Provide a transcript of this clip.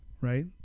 right